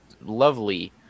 lovely